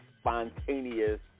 spontaneous